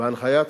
בהנחיית